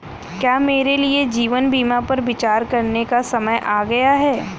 क्या मेरे लिए जीवन बीमा पर विचार करने का समय आ गया है?